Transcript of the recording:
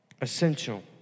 essential